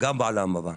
גם בעולם הבא.